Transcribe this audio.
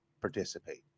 participate